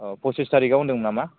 अ' पसिस तारिखाव होन्दोंमोन नामा